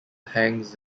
hangs